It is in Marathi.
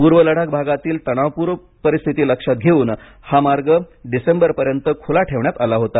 पूर्व लडाख भागातील तणावपूर्ण परिस्थिती लक्षात घेवून हा मार्ग डिसेंबरपर्यंत खुला ठेवण्यात आला होता